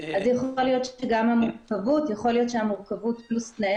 יכולה לספר לך שאנחנו עושים פעולות יפות של נוער